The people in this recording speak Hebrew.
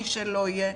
מי שלא יהיה,